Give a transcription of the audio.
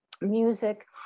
music